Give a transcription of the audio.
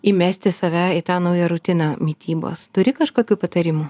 įmesti save į tą naują rutiną mitybos turi kažkokių patarimų